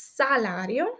salario